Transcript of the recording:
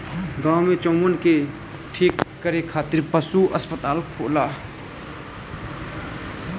गाँव में चउवन के ठीक रखे खातिर पशु अस्पताल होला